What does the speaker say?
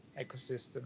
ecosystem